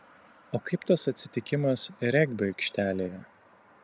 o kaip tas atsitikimas regbio aikštelėje